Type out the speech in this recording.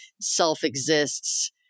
self-exists